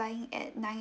flying at nine